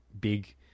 big